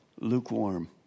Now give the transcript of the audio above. Lukewarm